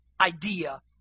idea